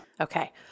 Okay